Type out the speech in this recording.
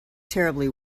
terribly